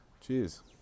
cheers